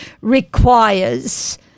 requires